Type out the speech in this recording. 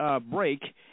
break